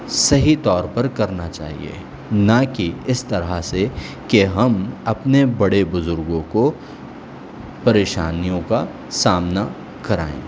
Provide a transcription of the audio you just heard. صحیح طور پر کرنا چاہیے نہ کہ اس طرح سے کہ ہم اپنے بڑے بزرگوں کو پریشانیوں کا سامنا کرائیں